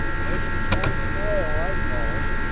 mighty poor soil i call it.